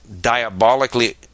diabolically